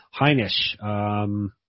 Heinisch